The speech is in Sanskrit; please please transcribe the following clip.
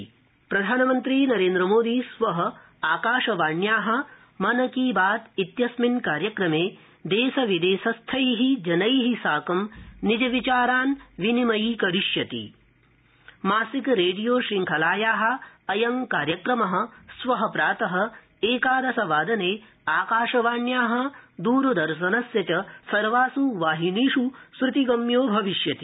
मन की बात प्रधानमन्त्री श्रीनरेन्द्रमोदी श्व आकाशवाण्या मन की बात कार्यक्रमे देश विदेशस्थै जनै साकं निजविचारान् विनिमयीकरिष्यति मासिक रेडियो शृंखलाया अयं कार्यक्रमः श्व प्रातः एकादश वादने आकाशवाण्या द्रदर्शनस्य च सर्वास् वाहिनीष् श्रृतिगम्यो भविष्यति